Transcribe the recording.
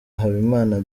habimana